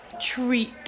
treat